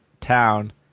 town